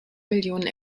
millionen